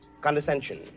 condescension